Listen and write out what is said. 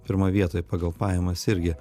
pirmoj vietoj pagal pajamas irgi